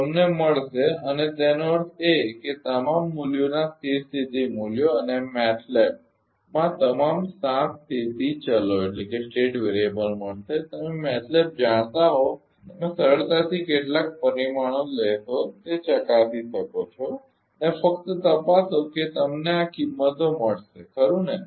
તમને મળશે અને તેનો અર્થ એ છે કે તમામ મૂલ્યોના સ્થિર સ્થિતી મૂલ્યો તમને MATLABમેથલેબ મેટલેબમાં તમામ સાત સ્થિતી ચલો મળશે તમે MATLABમેથલેબ જાણતા હોવ તો તમે સરળતાથી કેટલાક પરિમાણો લેશો તે ચકાસી શકો છો અને ફક્ત તપાસો કે તમને આ તમામ કિંમતો મળશે ખરુ ને